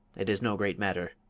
it is no great matter.